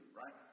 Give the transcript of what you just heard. right